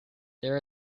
there